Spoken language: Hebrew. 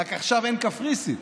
רק עכשיו אין קפריסין,